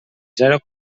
zero